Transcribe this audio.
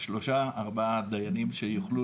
לפחות כשלושה-ארבעה דיינים שיוכלו